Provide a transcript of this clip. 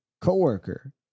coworker